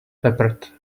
peppered